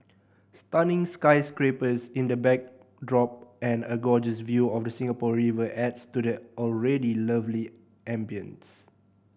stunning sky scrapers in the backdrop and a gorgeous view of the Singapore River adds to the already lovely ambience